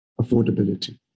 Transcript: affordability